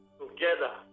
together